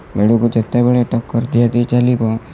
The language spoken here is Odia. ତେଣୁ ଯେତେବେଳେ ଟକ୍କର୍ ଦିଆଦିଇ ଚାଲିବ